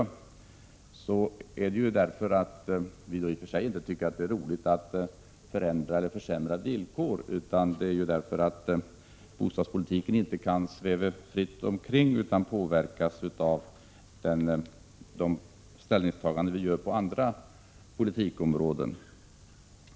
Vi har inte gjort det därför att vi i och för sig tycker att det är roligt att försämra villkor, utan det är därför att bostadspolitiken inte kan sväva fritt omkring utan att påverkas av de ställningstaganden vi gör på andra politikområden.